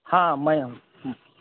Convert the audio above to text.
ಹಾಂ ಮ ಹ್ಞೂ